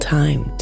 time